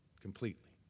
completely